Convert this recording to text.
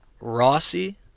Rossi